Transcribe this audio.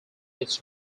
its